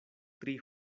tri